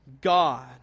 God